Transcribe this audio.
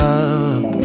up